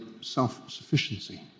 self-sufficiency